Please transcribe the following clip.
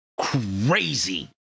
crazy